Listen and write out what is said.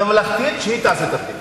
ממלכתית, והיא תעשה את הבדיקה,